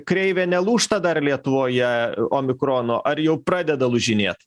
kreivė nelūžta dar lietuvoje omikrono ar jau pradeda lūžinėt